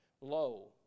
Lo